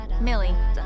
Millie